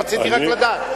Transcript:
רציתי רק לדעת.